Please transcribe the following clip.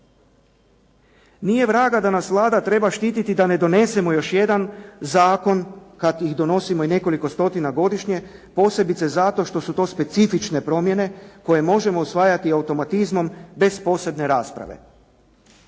Nije vraga da nas Vlada treba štiti da ne donesemo još jedan zakon kada ih donosimo nekoliko stotina godišnje, posebice zato što su to specifične promjene koje možemo usvajati automatizmom bez posebne rasprave.